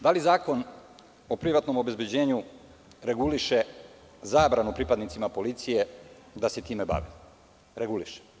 Da li zakon o privatnom obezbeđenju reguliše zabranu pripadnicima policije da se time reguliše?